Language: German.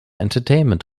entertainment